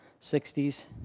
60s